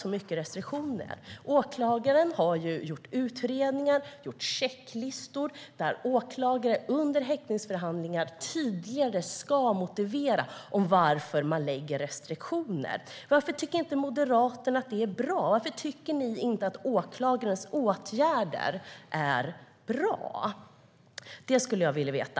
Åklagaren har ju gjort utredningen och har checklistor eftersom åklagaren tydligare ska motivera varför man ger restriktioner. Varför tycker inte Moderaterna att det är bra? Varför tycker ni inte att åklagarens åtgärder är bra? Det skulle jag vilja veta.